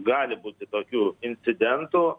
gali būti tokių incidentų